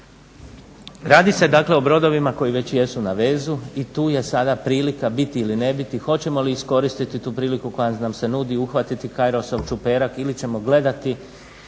Radi se dakle o brodovima koji već jesu na vezu i tu je sada prilika biti ili ne biti, hoćemo li iskoristiti tu priliku koja nam se nudi i uhvatiti … čuperak ili ćemo gledati